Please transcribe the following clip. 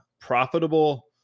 profitable